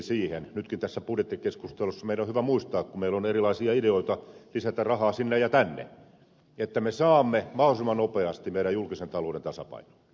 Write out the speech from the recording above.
nytkin tässä budjettikeskustelussa meidän on hyvä muistaa kun meillä on erilaisia ideoita lisätä rahaa sinne ja tänne että me saamme mahdollisimman nopeasti meidän julkisen talouden tasapainoon